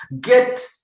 get